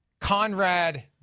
Conrad